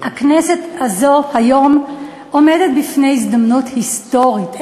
שהכנסת הזו עומדת היום בפני הזדמנות היסטורית,